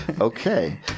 Okay